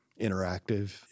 interactive